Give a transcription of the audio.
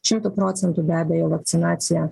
šimtu procentų be abejo vakcinacija